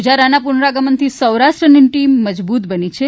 પુજારાના પુનરાગમનથી સૌરાષ્ટ્રની ટીમ મજબૂત બની છે